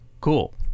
cool